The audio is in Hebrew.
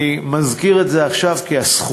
אני מזכיר את זה עכשיו כי הסכומים